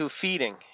feeding